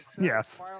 yes